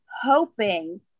hoping